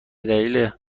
دلیل